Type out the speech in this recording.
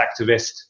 activist